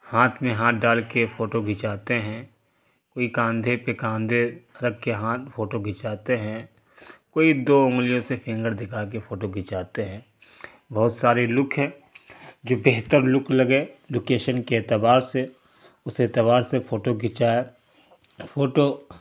ہاتھ میں ہاتھ ڈال کے فوٹو گھنچاتے ہیں کوئی کاندھے پہ کاندھے رکھ کے ہاتھ فوٹو گھنچاتے ہیں کوئی دو انگلیوں سے فنگڑ دکھا کے فوٹو گھنچاتے ہیں بہت ساری لک ہے جو بہتر لک لگے لوکیشن کے اعتبار سے اس اعتبار سے پھوٹو کھنچائے فوٹو